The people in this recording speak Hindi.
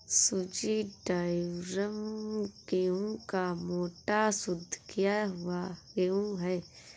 सूजी ड्यूरम गेहूं का मोटा, शुद्ध किया हुआ गेहूं है